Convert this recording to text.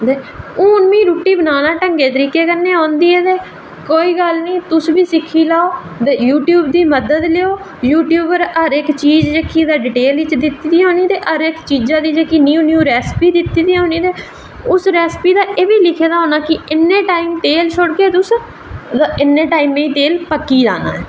ते हून मिगी रुट्टी बनाना ढंगै तरीकै कन्नै औंदी ऐ ते कोई गल्ल निं तुस बी सिक्खी लैओ ते यूट्यूब दी मदद कन्नै यूट्यूब च ते जेह्ड़ी ओह् रैसिपी दित्ती दी होनी ते उस रैसिपी च एह्बी लिखे दा होना की इन्ना टाईम तेल रक्खगे तुस ते इन्ने टाईम च तेल पकी जाना